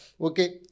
Okay